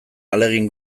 ahalegin